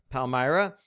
Palmyra